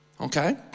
okay